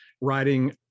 writing